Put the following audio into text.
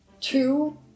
Two